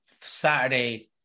Saturday